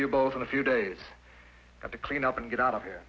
you both in a few days i have to clean up and get out of here